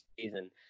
season